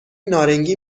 نارنگی